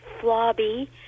floppy